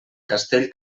castell